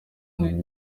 ibihumbi